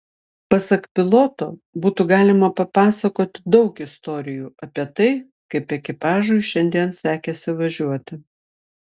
pasak piloto būtų galima papasakoti daug istorijų apie tai kaip ekipažui šiandien sekėsi važiuoti